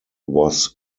was